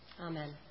Amen